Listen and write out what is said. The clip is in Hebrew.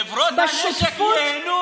לא לא, חברות הנשק ייהנו.